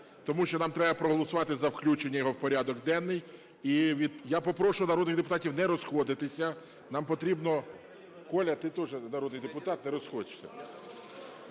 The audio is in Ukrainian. тому що нам треба проголосувати за включення його в порядок денний. І я попрошу народних депутатів не розходитися. Нам потрібно… Коля, ти теж народний депутат, не розходься.